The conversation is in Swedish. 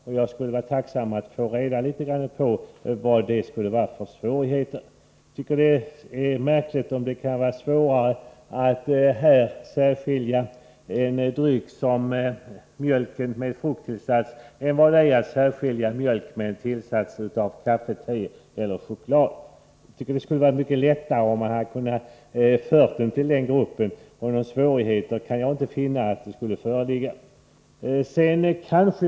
Jag skulle vara tacksam för att få reda på vilka svårigheter det skulle vara. Det är märkligt om det skulle vara svårare att särskilja en dryck som mjölk med frukttillsats än det är att särskilja mjölk med tillsats av kaffe, te eller choklad. Det skulle ha varit mycket lättare om man kunnat föra även den fruktbaserade mjölken till den gruppen, och jag kan inte finna att några svårigheter skulle föreligga.